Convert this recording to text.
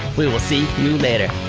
we will see you later,